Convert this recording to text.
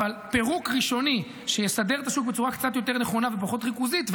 אבל פירוק ראשוני שיסדר את השוק בצורה קצת יותר נכונה ופחות ריכוזית,